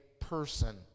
person